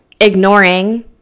ignoring